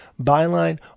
Byline